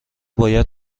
باید